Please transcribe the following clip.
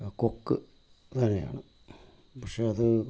കൊക്ക് താനെ പക്ഷേ അത്